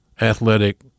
athletic